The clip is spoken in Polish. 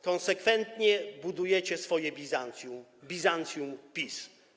Konsekwentnie budujecie swoje Bizancjum, Bizancjum PiS.